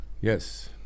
Yes